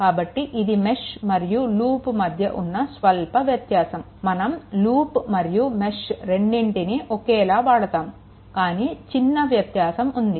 కాబట్టి ఇది మెష్ మరియు లూప్ మధ్య ఉన్న స్వల్ప వ్యత్యాసం మనం లూప్మరియు మెష్ రెండిటిని ఒకేలా వాడతాము కానీ చిన్న వ్యత్యాసం ఉంది